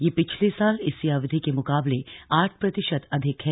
यह पिछले साल इसी अवधि के मुकाबले आठ प्रतिशत अधिक है